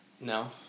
No